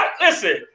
Listen